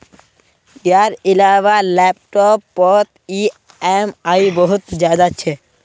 यार इलाबा लैपटॉप पोत ई ऍम आई बहुत ज्यादा छे